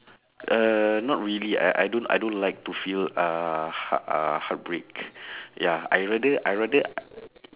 uh not really I I don't I don't like to feel uh hea~ uh heartbreak ya I rather I rather